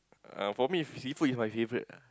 uh for me seafood is my favourite ah